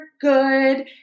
good